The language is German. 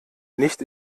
nicht